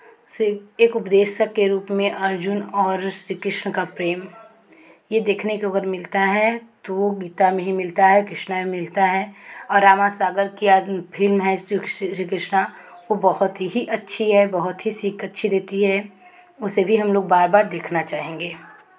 फिर एक उपदेशक के रूप में अर्जुन और श्री कृष्ण का प्रेम ये देखने को अगर मिलता है तो वो गीता में ही मिलता है कृष्णा में मिलता है औ रामानंद सागर कि फिल्म है श्री कृष्णा वो बहुत ही अच्छी है बहुत ही सीख अच्छी देती है उसे भी हमलोग बार बार देखना चाहेंगे